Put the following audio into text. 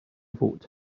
vote